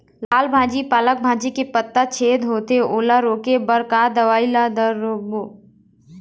लाल भाजी पालक भाजी के पत्ता छेदा होवथे ओला रोके बर का दवई ला दारोब?